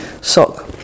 sock